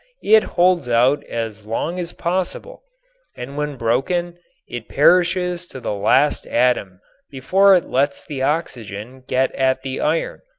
it holds out as long as possible and when broken it perishes to the last atom before it lets the oxygen get at the iron.